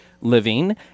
living